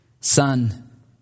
Son